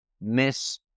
miss